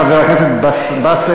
חבר הכנסת באסל